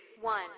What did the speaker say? one